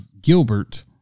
Gilbert